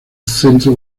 centro